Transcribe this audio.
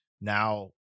now